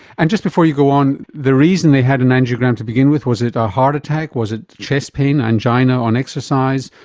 and just before you go on, the reason they had an angiogram to begin with, was it a heart attack, was it chest pain, angina on exercise?